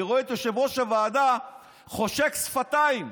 אני רואה את יושב-ראש הוועדה חושק שפתיים.